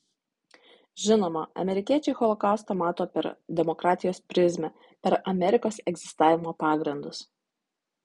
žinoma amerikiečiai holokaustą mato per demokratijos prizmę per amerikos egzistavimo pagrindus